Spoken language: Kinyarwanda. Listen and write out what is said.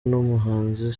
n’umuhanzi